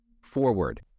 Forward